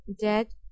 dead